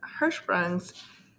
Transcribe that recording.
Hirschsprungs